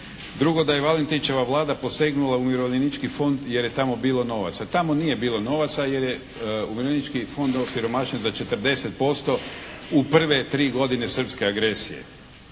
Drugo, da je Valentićeva Vlada posegnula u Umirovljenički fond jer je tamo bilo novaca. Tamo nije bilo novaca jer je Umirovljenički fond osiromašen za 40% u prve tri godine srpske agresije.